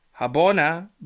Habona